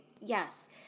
yes